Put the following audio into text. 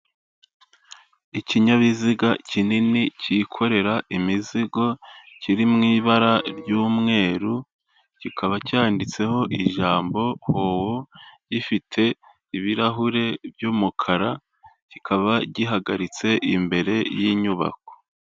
Ikinyabiziga kinini cyikorera imizigo, kiri mu ibara ry'umweru, kikaba cyanditseho ijambo hoho, gifite ibirahure by'umukara, kikaba gihagaritse imbere y'inyubako.